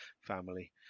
family